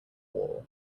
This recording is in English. wall